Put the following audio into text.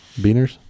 Beaners